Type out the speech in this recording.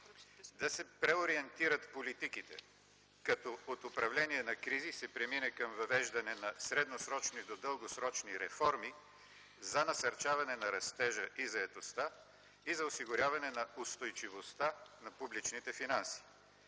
да се преориентират политиките, като от управление на кризи се премине към въвеждане на средносрочни до дългосрочни реформи за насърчаване на растежа и заетостта и за осигуряване на устойчивостта на публичните финанси”.